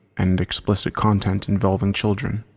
and explicit content involving children.